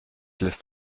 lässt